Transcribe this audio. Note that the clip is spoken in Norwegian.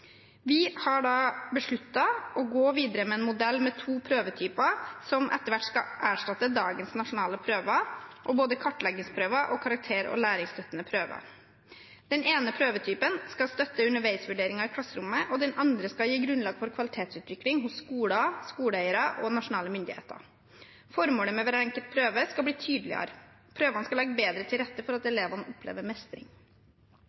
Vi har besluttet å gå videre med en modell med to prøvetyper som etter hvert skal erstatte dagens nasjonale prøver og både kartleggingsprøver og karakter- og læringsstøttende prøver. Den ene prøvetypen skal støtte underveisvurderingen i klasserommet, og den andre skal gi grunnlag for kvalitetsutvikling hos skoler, skoleeiere og nasjonale myndigheter. Formålet med hver enkelt prøve skal bli tydeligere. Prøvene skal legge bedre til rette for at